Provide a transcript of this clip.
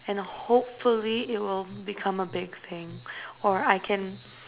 and hopefully it will become a big thing or I can